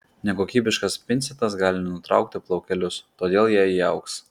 nekokybiškas pincetas gali nutraukti plaukelius todėl jie įaugs